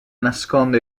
nasconde